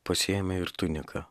pasiėmė ir tuniką